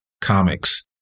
comics